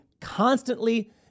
constantly